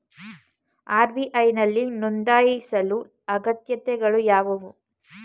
RBI ನಲ್ಲಿ ನೊಂದಾಯಿಸಲು ಅಗತ್ಯತೆಗಳು ಯಾವುವು?